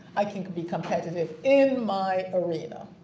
i can can be competitive in my area.